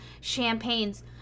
champagnes